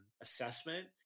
assessment